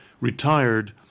retired